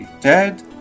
dead